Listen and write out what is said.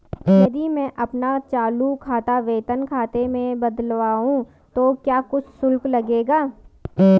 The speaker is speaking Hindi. यदि मैं अपना चालू खाता वेतन खाते में बदलवाऊँ तो क्या कुछ शुल्क लगेगा?